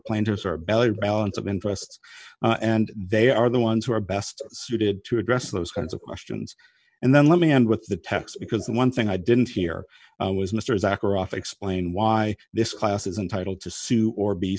planters or bell or balance of interests and they are the ones who are best suited to address those kinds of questions and then let me end with the text because the one thing i didn't hear was mr acker off explain why this class is entitle to sue or be